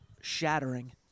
shattering